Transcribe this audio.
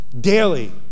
daily